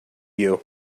you